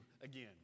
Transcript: again